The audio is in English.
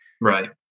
Right